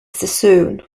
sassoon